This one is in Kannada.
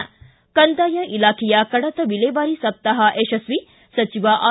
ಿಕ ಕಂದಾಯ ಇಲಾಖೆಯ ಕಡತ ವಿಲೇವಾರಿ ಸಪ್ತಾಪ ಯಶಸ್ವಿ ಸಚಿವ ಆರ್